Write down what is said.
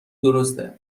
درسته